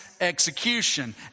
execution